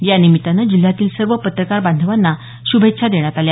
या निमित्तानं जिल्ह्यातील सर्व पत्रकार बांधवांना श्रभेच्छा देण्यात आल्या